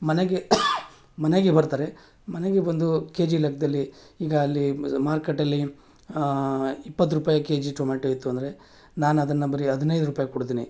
ಮನೆಗೆ ಮನೆಗೆ ಬರ್ತಾರೆ ಮನೆಗೆ ಬಂದು ಕೆ ಜಿ ಲೆಕ್ಕದಲ್ಲಿ ಈಗ ಅಲ್ಲಿ ಮಾರ್ಕೆಟಲ್ಲಿ ಇಪ್ಪತ್ತು ರೂಪಾಯಿ ಕೆ ಜಿ ಟೊಮೆಟೊ ಇತ್ತು ಅಂದರೆ ನಾನು ಅದನ್ನು ಬರಿ ಹದಿನೈದು ರೂಪಾಯಿ ಕೊಡ್ತೀನಿ